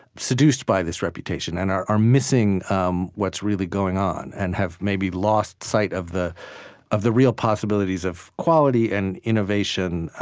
seduced by this reputation and are are missing um what's really going on and have maybe lost sight of the of the real possibilities of quality and innovation